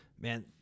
man